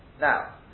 Now